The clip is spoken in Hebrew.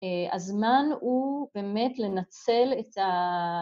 הזמן הוא באמת לנצל את ה...